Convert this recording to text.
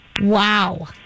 Wow